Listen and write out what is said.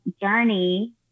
journey